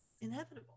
inevitable